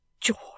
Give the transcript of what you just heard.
George